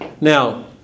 Now